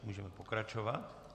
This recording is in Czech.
Můžeme pokračovat.